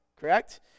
correct